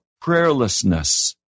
prayerlessness